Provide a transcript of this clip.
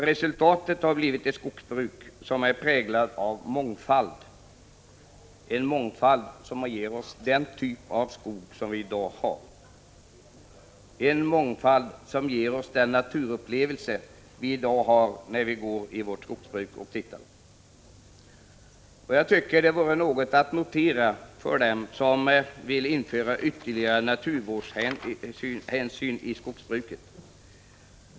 Resultatet har blivit ett skogsbruk som är präglat av mångfald och en skog som ger oss fina naturupplevelser. De som vill införa ytterligare naturvårdshänsyn i skogsbruket borde notera detta.